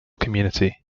community